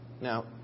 Now